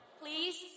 Please